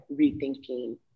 rethinking